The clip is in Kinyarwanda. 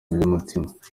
by’umutima